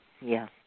Yes